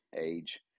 age